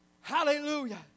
Hallelujah